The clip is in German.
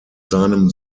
seinem